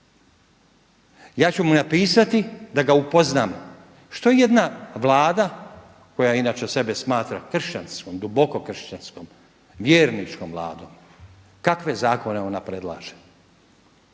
Ja ću mu napisati da ga upoznam što jedna Vlada koja inače sebe smatra kršćanskom, duboko kršćanskom, vjerničkom Vladom kakve zakone ona predlaže.